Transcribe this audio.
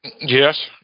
Yes